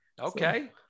Okay